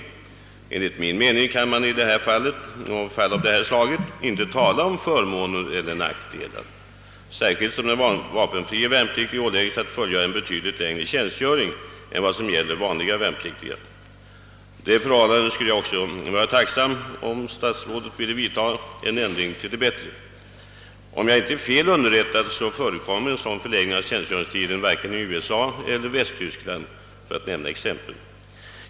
Enligt min mening kan man i sådana här fall inte tala om förmåner eller nackdelar, speciellt som den vapenfrie värnpliktige ålägges att fullgöra en betydligt längre tjänstgöring än vad som gäller för vanliga värnpliktiga. Det är ett förhållande där jag också skulle vara tacksam att statsrådet ville vidtaga en ändring till det bättre. Om jag inte är fel underrättad förekommer inte någon sådan förlängning av tjänstgöringstiden i vare sig USA eller Västtyskland — för att nämna några exempel.